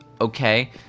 okay